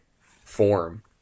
form